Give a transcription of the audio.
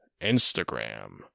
Instagram